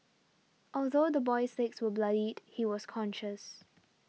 although the boy's legs were bloodied he was conscious